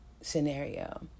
scenario